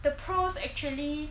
the pros actually